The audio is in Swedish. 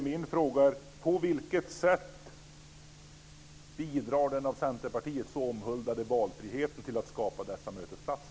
Min fråga är: På vilket sätt bidrar den av Centerpartiet så omhuldade valfriheten till att skapa dessa mötesplatser?